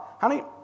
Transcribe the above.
honey